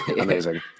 Amazing